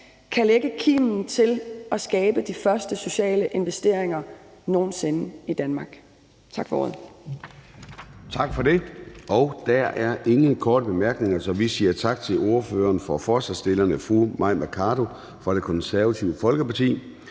kan lægge kimen til at skabe de første sociale investeringer nogen sinde i Danmark. Tak for ordet.